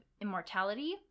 immortality